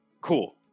cool